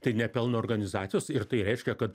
tai ne pelno organizacijos ir tai reiškia kad